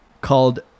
called